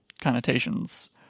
connotations